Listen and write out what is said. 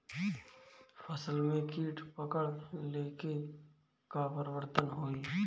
फसल में कीट पकड़ ले के बाद का परिवर्तन होई?